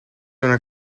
una